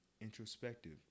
introspective